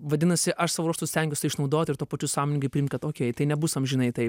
vadinasi aš savo ruožtu stengiuos tai išnaudot ir tuo pačiu sąmoningai priimt kad okei tai nebus amžinai tai